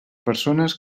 persones